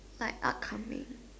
night not coming